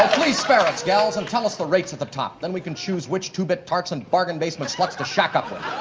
please spare us gals, and tell us the rates at the top. then we can choose which two-bit tarts and bargain basement sluts to shack up with.